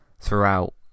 throughout